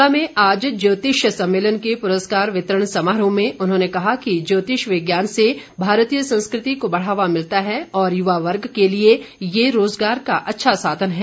शिमला में आज ज्योतिष सम्मेलन के पुरस्कार वितरण समारोह में उन्होंने कहा कि ज्योतिष विज्ञान से भारतीय संस्कृति को बढ़ावा मिलता है और युवा वर्ग के लिए ये रोजगार का अच्छा साधन है